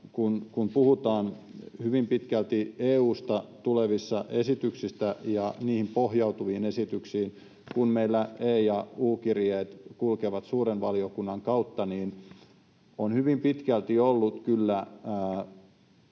kun puhutaan hyvin pitkälti EU:sta tulevista esityksistä ja niihin pohjautuvista esityksistä. Kun meillä E- ja U-kirjeet kulkevat suuren valiokunnan kautta, niin on hyvin pitkälti ollut kyllä